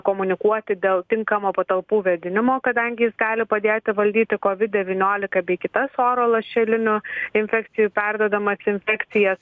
komunikuoti dėl tinkamo patalpų vėdinimo kadangi jis gali padėti valdyti covid devyniolika bei kitas oro lašeliniu infekcijų perduodamas infekcijas